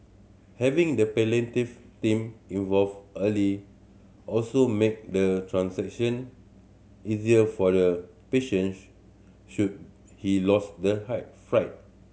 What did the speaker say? having the palliative team involved early also make the transition easier for the patient should he lose the height fright